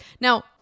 Now